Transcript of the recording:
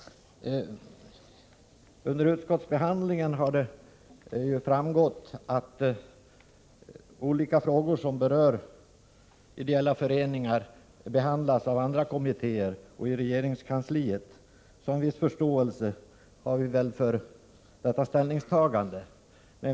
Under utskottsbehandlingen har det framgått att olika frågor som berör ideella föreningar behandlas av andra kommittéer och i regeringskansliet, så en viss förståelse har vi väl vunnit för detta ställningstagande.